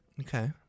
Okay